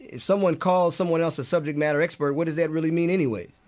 if someone calls someone else a subject matter expert, what does that really mean anyway?